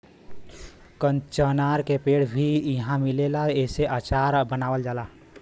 कचनार के पेड़ भी इहाँ मिलेला एसे अचार बनावल जाला